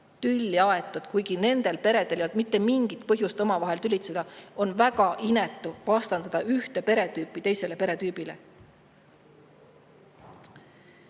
tülli aetud, kuigi nendel peredel ei olnud mitte mingit põhjust omavahel tülitseda. On väga inetu vastandada ühte peretüüpi teisele peretüübile. Veel.